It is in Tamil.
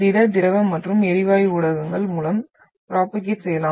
திட திரவ மற்றும் எரிவாயு ஊடகங்கள் மூலம் ப்ரோபோகேட் செய்யலாம்